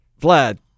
vlad